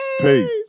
Peace